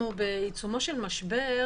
אנחנו בעיצומו של משבר